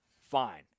fine